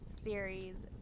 series